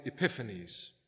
epiphanies